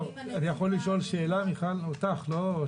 אני יכול לשאול שאלה שלך אני לא יודע